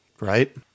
Right